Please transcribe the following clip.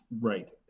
Right